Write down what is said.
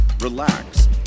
relax